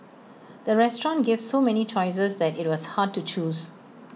the restaurant gave so many choices that IT was hard to choose